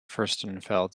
furstenfeld